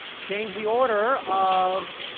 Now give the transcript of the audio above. change the order of